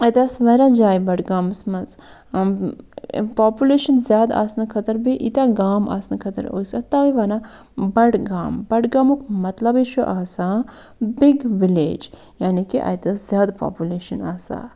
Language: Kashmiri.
اَتہِ آسہٕ واریاہ جایہِ بڈگامَس منٛز یِم پاپوٗلٮ۪شَن زیادٕ آسنہٕ خٲطرٕ بیٚیہِ ییٖتیٛاہ گام آسنہٕ خٲطرٕ اوس اَتھ تَوَے وَنان بڈگام بڈگامُک مطلبٕے چھُ آسان بِگ وِلٮ۪ج یعنی کہِ اتہِ ٲس زیادٕ پاپوٗلٮ۪شَن آسان